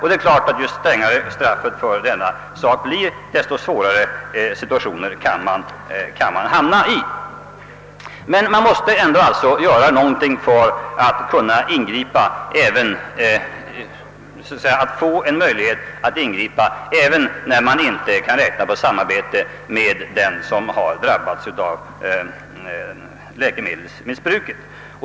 Det är klart att ju strängare straffet för detta blir, desto svårare situationer kan man hamna i. Man måste emellertid ändå kunna göra någonting för att kunna ingripa även när man inte kan räkna på samarbete med den som har drabbats av läkemedelsmissbruk.